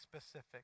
specific